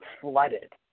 flooded